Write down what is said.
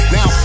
Now